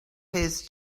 his